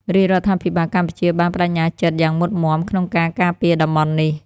រាជរដ្ឋាភិបាលកម្ពុជាបានប្តេជ្ញាចិត្តយ៉ាងមុតមាំក្នុងការការពារតំបន់នេះ។